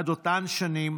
עד אותן שנים,